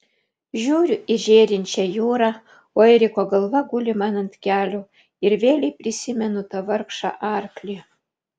žiūriu į žėrinčią jūrą o eriko galva guli man ant kelių ir vėlei prisimenu tą vargšą arklį